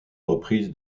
reprise